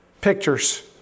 pictures